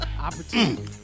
Opportunity